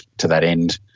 to that end,